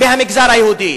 בהשוואה ליהודי.